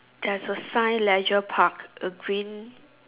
there's a sign Leisure Park a green